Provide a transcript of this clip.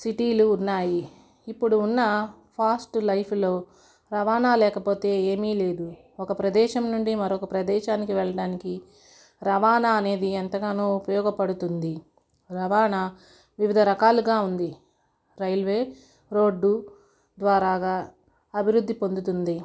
సిటీలు ఉన్నాయి ఇప్పుడు ఉన్న ఫాస్ట్ లైఫ్లో రవాణా లేకపోతే ఏమీ లేదు ఒక ప్రదేశం నుండి ఒక ప్రదేశం వెళ్ళడానికి రవాణా అనేది ఎంతగానో ఉపయోగపడుతుంది రవాణా వివిధ రకాలుగా ఉంది రైల్వే రోడ్డు ద్వారాగా అభివృద్ధి పొందుతుంది